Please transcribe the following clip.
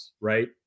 right